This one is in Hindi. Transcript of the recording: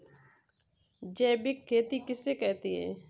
जैविक खेती किसे कहते हैं?